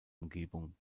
umgebung